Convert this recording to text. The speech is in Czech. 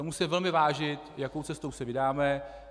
Musíme velmi zvážit, jakou cestou se vydáme.